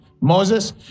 Moses